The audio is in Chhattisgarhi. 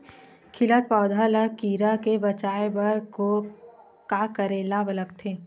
खिलत पौधा ल कीरा से बचाय बर का करेला लगथे?